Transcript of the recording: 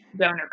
donor